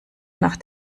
nach